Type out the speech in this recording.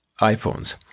iPhones